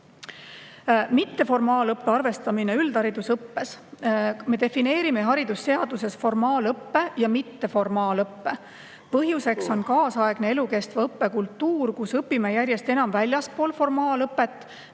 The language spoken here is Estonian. Mitteformaalõppe arvestamine üldharidusõppes. Me defineerime haridusseaduses formaalõppe ja mitteformaalõppe. Põhjuseks on kaasaegne elukestva õppe kultuur, mille puhul me õpime järjest enam väljaspool formaalõpet,